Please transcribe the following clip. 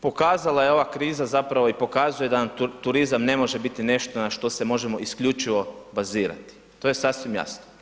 Pokazala je ova kriza zapravo i pokazuje da nam turizam ne može biti nešto na što se možemo isključivo bazirat, to je sasvim jasno.